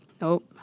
nope